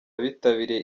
abitabiriye